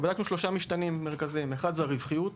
ובדקנו שלושה משתנים מרכזיים: הרווחיות,